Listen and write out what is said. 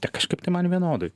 kažkaip tai man vienodai